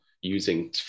using